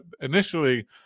initially